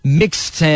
mixed